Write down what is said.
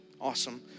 Awesome